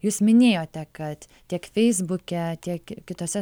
jūs minėjote kad tiek feisbuke tiek kitose